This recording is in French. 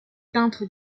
peintre